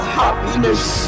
happiness